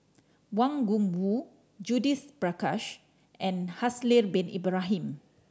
Wang Gungwu Judith Prakash and Haslir Bin Ibrahim